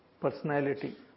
personality